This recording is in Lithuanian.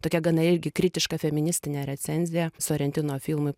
tokia gana irgi kritiška feministinė recenzija sorentino filmui